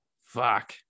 fuck